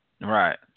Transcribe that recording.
Right